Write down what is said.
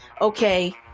okay